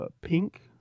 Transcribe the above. pink